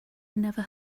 never